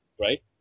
Right